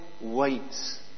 waits